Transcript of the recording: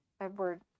Edward